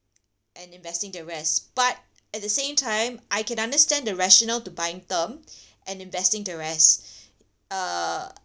and investing the rest but at the same time I can understand the rationale to buying term and investing the rest uh